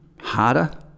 harder